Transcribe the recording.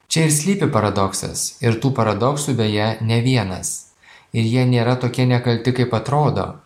čia ir slypi paradoksas ir tų paradoksų beje ne vienas ir jie nėra tokie nekalti kaip atrodo